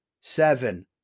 Seven